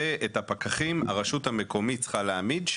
ואת הפקחים הרשות המקומית צריכה להעמיד,